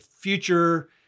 future